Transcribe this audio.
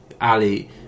Ali